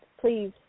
please